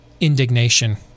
indignation